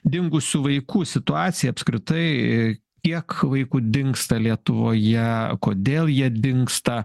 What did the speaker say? dingusių vaikų situaciją apskritai kiek vaikų dingsta lietuvoje kodėl jie dingsta